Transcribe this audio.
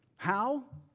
how?